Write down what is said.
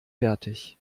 fertig